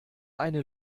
eine